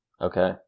Okay